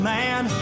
man